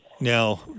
Now